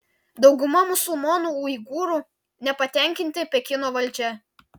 dauguma musulmonų uigūrų nepatenkinti pekino valdžia